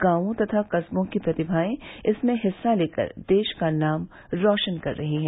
गांवों तथा कस्बों की प्रतिभाएं इसमें हिस्सा लेकर देश का नाम रौशन कर रही हैं